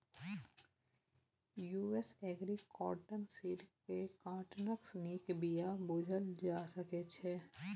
US agri cotton seed केँ काँटनक नीक बीया बुझल जा सकै छै